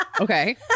Okay